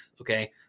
okay